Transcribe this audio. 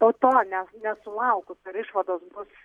po to ne nesulaukus išvados bus